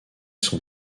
sont